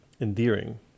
Endearing